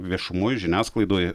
viešumoj žiniasklaidoj